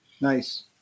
Nice